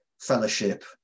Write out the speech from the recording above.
fellowship